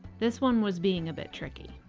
this one was being but tricky.